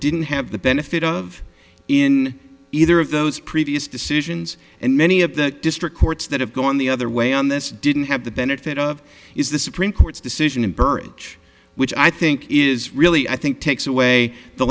didn't have the benefit of in either of those previous decisions and many of the district courts that have gone the other way on this didn't have the benefit of is the supreme court's decision in burrage which i think is really i think takes away the